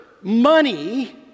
money